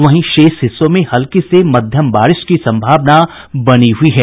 वहीं शेष हिस्सों में हल्की से मध्यम बारिश की सम्भावना बनी हुई है